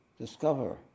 discover